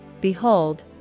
behold